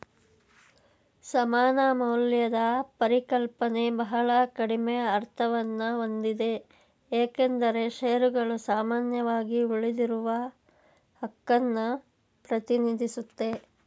ಸಮಾನ ಮೌಲ್ಯದ ಪರಿಕಲ್ಪನೆ ಬಹಳ ಕಡಿಮೆ ಅರ್ಥವನ್ನಹೊಂದಿದೆ ಏಕೆಂದ್ರೆ ಶೇರುಗಳು ಸಾಮಾನ್ಯವಾಗಿ ಉಳಿದಿರುವಹಕನ್ನ ಪ್ರತಿನಿಧಿಸುತ್ತೆ